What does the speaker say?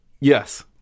Yes